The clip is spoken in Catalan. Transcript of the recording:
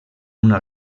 una